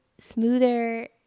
smoother